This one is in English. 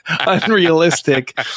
unrealistic